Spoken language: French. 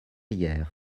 hier